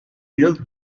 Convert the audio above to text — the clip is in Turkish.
yıl